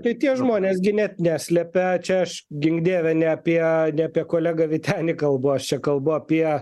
tai tie žmonės gi net neslepia čia aš gink dieve ne apie ne apie kolegą vytenį kalbu aš čia kalbu apie